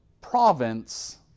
province